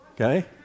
Okay